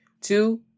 Two